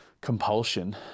compulsion